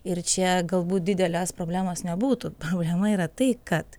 ir čia galbūt didelės problemos nebūtų problema yra tai kad